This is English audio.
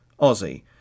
Aussie